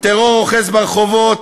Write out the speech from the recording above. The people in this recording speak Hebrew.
טרור אוחז ברחובות,